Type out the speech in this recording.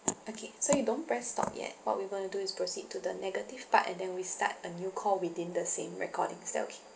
okay so you don't press stop yet what we're gonna do is proceed to the negative part and then we start a new call within the same recording is that okay